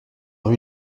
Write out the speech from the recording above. rue